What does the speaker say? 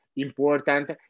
important